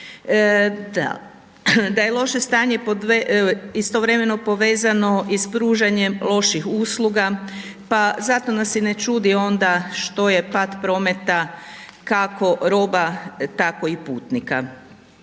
Da je loše stanje po dve istovremeno povezano i s pružanjem loših usluga, pa zato nas i ne čudi onda što je pad prometa, kako roba, tako i putnika.